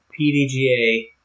pdga